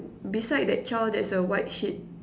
beside that child there's a white sheet